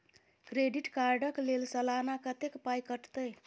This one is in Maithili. क्रेडिट कार्ड कऽ लेल सलाना कत्तेक पाई कटतै?